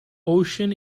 ocean